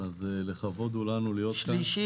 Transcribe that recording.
ולכן זה יום חגיגי.